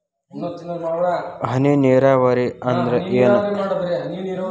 ಹನಿ ನೇರಾವರಿ ಅಂದ್ರ ಏನ್?